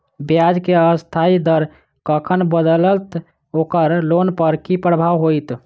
ब्याज केँ अस्थायी दर कखन बदलत ओकर लोन पर की प्रभाव होइत?